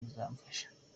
bizamfasha